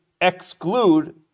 exclude